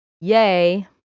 Yay